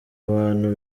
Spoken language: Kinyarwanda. abantu